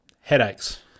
headaches